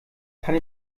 kann